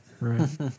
Right